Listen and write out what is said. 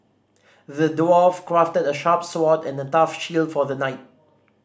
the dwarf crafted a sharp sword and a tough shield for the knight